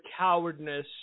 cowardness